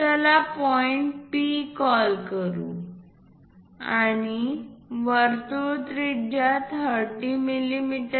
चला point P call करू आणि वर्तुळ त्रिज्या 30 मिमी आहे